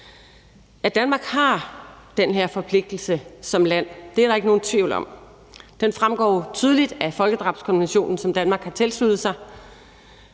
At Danmark har den her forpligtelse som land, er der ikke nogen tvivl om. Den fremgår tydeligt af folkedrabskonvention, som Danmark har tilsluttet sig.